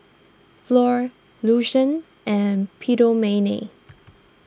Flor Lucien and Philomene